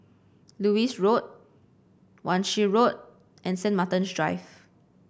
Lewis Road Wan Shih Road and Saint Martin's Drive